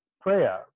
prayer